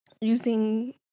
using